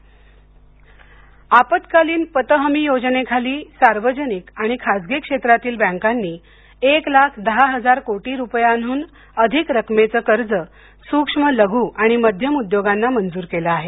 बँका आपत्कालीन पत हमी योजनेखाली सार्वजनिक आणि खासगी क्षेत्रातील बँकांनी एक लाख दहा हजार कोटी रुपयांहून अधिक रक्कमेचं कर्ज सूक्ष्म लघू आणि मध्यम उद्योगांना मंजूर केलं आहे